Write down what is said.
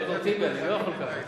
ד"ר טיבי, אני לא יכול כך.